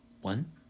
One